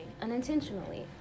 unintentionally